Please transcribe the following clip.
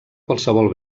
qualsevol